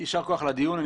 יישר כוח על הדיון.